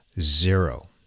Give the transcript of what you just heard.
zero